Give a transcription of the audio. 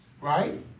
right